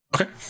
Okay